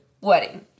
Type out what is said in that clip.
Wedding